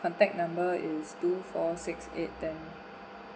contact number is two four six eight ten